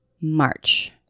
March